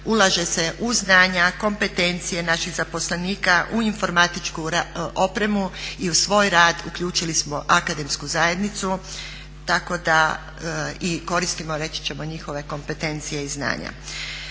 Ulaže se u znanja, kompetencije naših zaposlenika, u informatičku opremu. I u svoj rad uključili smo akademsku zajednicu tako da i koristimo reći ćemo njihove kompetencije i znanja